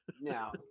Now